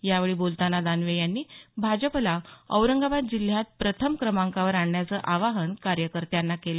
यावेळी बोलतांना दानवे यांनी भाजपला औरंगाबाद जिल्ह्यात प्रथम क्रमांकावर आणण्याचं आवाहन कार्यकर्त्यांना केलं